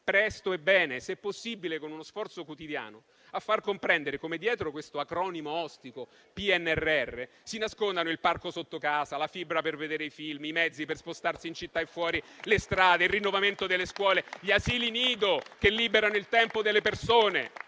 presto e bene, se possibile con uno sforzo quotidiano a far comprendere come dietro l'ostico acronimo PNRR si nascondano il parco sotto casa, la fibra per vedere i film, i mezzi per spostarsi in città e fuori, le strade, il rinnovamento delle scuole, gli asili nido che liberano il tempo delle persone,